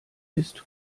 ist